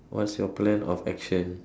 what's your plan of action